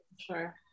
sure